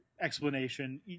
explanation